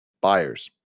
Buyers